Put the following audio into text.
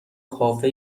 کافه